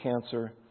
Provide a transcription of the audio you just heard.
cancer